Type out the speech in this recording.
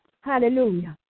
Hallelujah